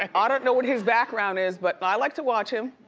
i don't know what his background is, but i like to watch him.